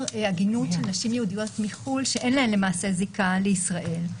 עגינות של נשים יהודיות מחו"ל שאין להן למעשה זיקה לישראל,